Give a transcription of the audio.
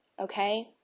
okay